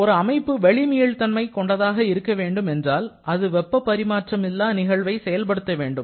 ஒரு அமைப்பு வெளி மீள் தன்மை கொண்டதாக இருக்க வேண்டும் என்றால் அது ஒரு வெப்பப் பரிமாற்றமில்லா நிகழ்வை செயல்படுத்த வேண்டும்